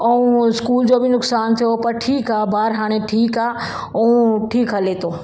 ऐं स्कूल जो बि नुक़सानु थियो पर ठीक आ ॿारु हाणे ठीकु आहे ऐं ठीकु हले थो